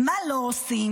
מה לא עושים?